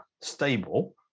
stable